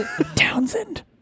Townsend